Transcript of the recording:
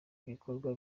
ibikorwa